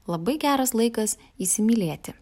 labai geras laikas įsimylėti